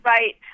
Right